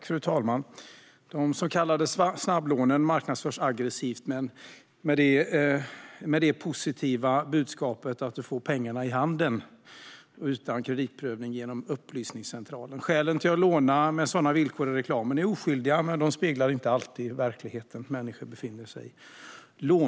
Fru talman! De så kallade snabblånen marknadsförs aggressivt med det positiva budskapet att du får pengarna i handen och utan kreditprövning genom Upplysningscentralen. Skälen till att låna med sådana villkor i reklamen är oskyldiga, men de speglar inte alltid den verklighet som människor befinner sig i.